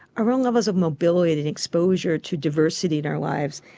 our own levels of mobility and and exposure to diversity in our lives.